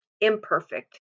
imperfect